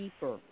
deeper